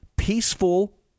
Peaceful